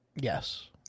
Yes